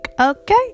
okay